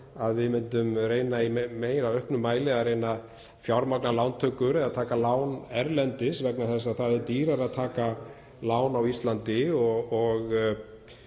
að við myndum reyna í auknum mæli að fjármagna lántökur eða taka lán erlendis vegna þess að það er dýrara að taka lán á Íslandi.